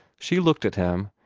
she looked at him,